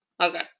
Okay